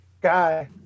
guy